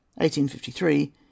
1853